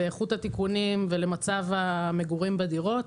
לאיכות התיקונים ולמצב המגורים בדירות,